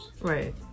Right